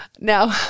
Now